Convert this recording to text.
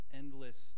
endless